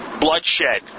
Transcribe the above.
bloodshed